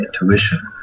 intuition